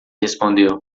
respondeu